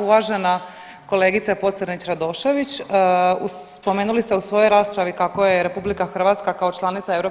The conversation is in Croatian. Uvažena kolegice Pocrnić Radošević spomenuli ste u svojoj raspravi kako je RH kao članica EU